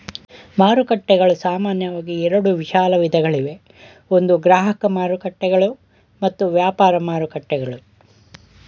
ಮಾರುಕಟ್ಟೆಗಳು ಸಾಮಾನ್ಯವಾಗಿ ಎರಡು ವಿಶಾಲ ವಿಧಗಳಿವೆ ಒಂದು ಗ್ರಾಹಕ ಮಾರುಕಟ್ಟೆಗಳು ಮತ್ತು ವ್ಯಾಪಾರ ಮಾರುಕಟ್ಟೆಗಳು